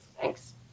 Thanks